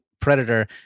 predator